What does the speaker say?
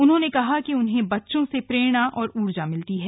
उन्होंने कहा कि उन्हें बच्चों से प्रेरणा और ऊर्जा मिलती है